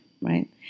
right